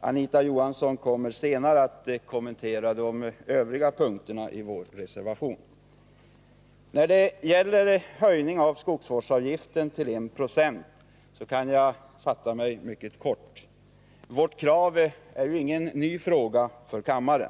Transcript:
Anita Johansson kommer senare att kommentera de övriga punkterna i reservationen. När det gäller höjningen av skogsvårdsavgiften till I 90 kan jag fatta mig mycket kort. Vårt krav i motionen är inte nytt för kammaren.